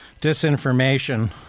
disinformation